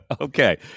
Okay